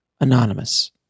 Anonymous